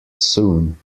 soon